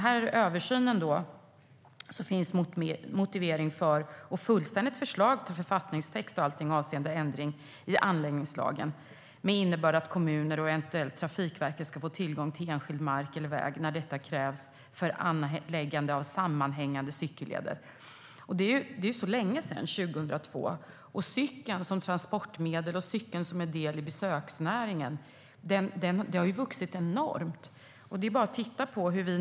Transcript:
I översynen finns motivering och fullständigt förslag till författningstext och allt avseende ändring i anläggningslagen med innebörden att kommuner och eventuellt Trafikverket ska få tillgång till enskild mark eller väg när detta krävs för anläggande av sammanhängande cykelleder. År 2002 är länge sedan. Cykel som transportmedel och som del i besöksnäringen har blivit mycket vanligare.